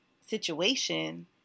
situation